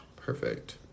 Perfect